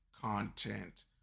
content